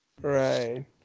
Right